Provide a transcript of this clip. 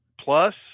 plus